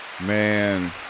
Man